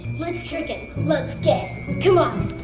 let's trick him. let's get him. um